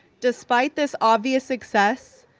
despite this obvious success,